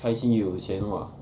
开心又有钱花